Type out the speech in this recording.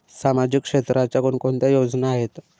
सामाजिक क्षेत्राच्या कोणकोणत्या योजना आहेत?